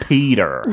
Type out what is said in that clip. Peter